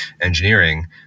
engineering